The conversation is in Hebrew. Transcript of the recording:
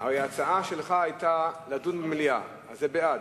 הרי ההצעה שלך היתה לדון במליאה, אז זה בעד.